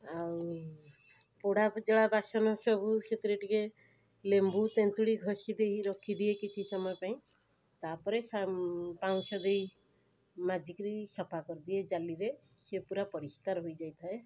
ଆଉ ପୋଡ଼ା ଜଳା ବାସନ ସବୁ ସେଥିରେ ଟିକେ ଲେମ୍ବୁ ତେନ୍ତୁଳି ଘଷି ଦେଇ ରଖିଦିଏ କିଛି ସମୟ ପାଇଁ ତାପରେ ପାଉଁଶ ଦେଇ ମାଜିକିରି ସଫା କରିଦିଏ ଜାଲିରେ ସିଏ ପୁରା ପରିସ୍କାର ହୋଇଯାଇଥାଏ